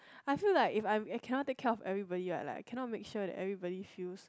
I feel like if I'm I cannot take care of everybody right I cannot make sure that everybody feels